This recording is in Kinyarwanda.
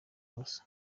ubusa